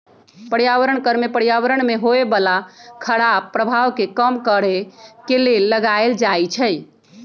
पर्यावरण कर में पर्यावरण में होय बला खराप प्रभाव के कम करए के लेल लगाएल जाइ छइ